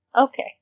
okay